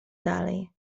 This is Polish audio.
dalej